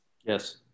Yes